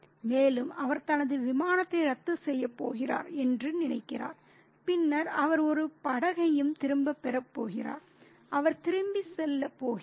மேலும் அவர் தனது விமானத்தை ரத்து செய்யப் போகிறார் என்று நினைக்கிறார் பின்னர் அவர் ஒரு படகையும் திரும்பப் பெறப் போகிறார் அவர் திரும்பிச் செல்லப் போகிறார்